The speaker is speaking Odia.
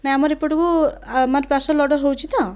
ନାଇଁ ଆମର ଏପଟକୁ ଆମର ପାର୍ସଲ ଅର୍ଡର ହେଉଛି ତ